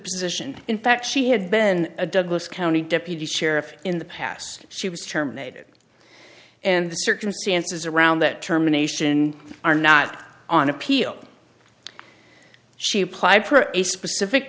position in fact she had been a douglas county deputy sheriff in the past she was terminated and the circumstances around that terminations are not on appeal she applied for a specific